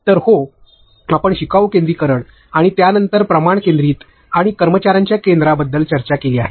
तर हो आपण शिकाऊ केंद्रीकरण आणि त्यानंतर प्रमाण केंद्रीत आणि कर्मचार्यांच्या केंद्राबद्दल चर्चा केली आहे